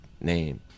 name